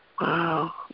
Wow